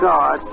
God